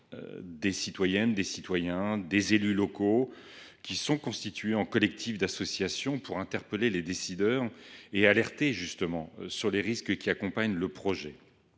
des citoyennes, des citoyens et des élus locaux se sont constitués en collectif d’associations, pour interpeller les décideurs et alerter sur les risques qui accompagnent le projet